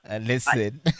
listen